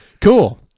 cool